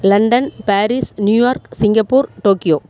London Paris New York Singapore Tokyo